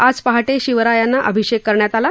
आज पहाटे शिवरायांना अभिषेक करण्यात आला